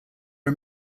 are